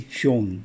shown